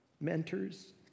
mentors